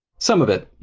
some of it.